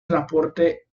transporte